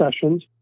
sessions